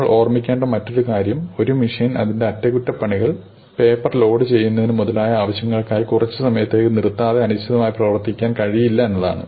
നമ്മൾ ഓർമ്മിക്കേണ്ട മറ്റൊരു കാര്യം ഒരു മെഷീൻ അതിന്റെ അറ്റകുറ്റപ്പണികൾ പേപ്പർ ലോഡുചെയ്യുന്നതിന് മുതലായ ആവശ്യങ്ങൾക്കായി കുറച്ച് സമയത്തേക്ക് നിർത്താതെ അനിശ്ചിതമായി പ്രവർത്തിക്കാൻ കഴിയില്ല എന്നതാണ്